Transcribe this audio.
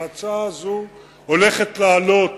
ההצעה הזאת הולכת לעלות,